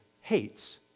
hates